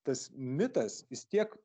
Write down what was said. tas mitas jis tiek